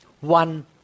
One